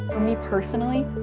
me, personally,